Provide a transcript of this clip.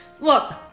look